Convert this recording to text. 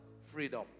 Freedom